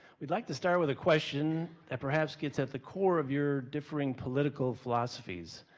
we'd like to start with a question that perhaps gets at the core of your differing political philosophies.